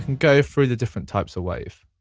go through the different types of wave.